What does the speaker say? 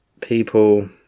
people